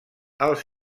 els